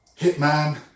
Hitman